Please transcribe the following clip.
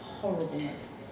horribleness